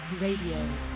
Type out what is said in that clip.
Radio